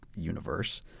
universe